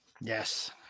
Yes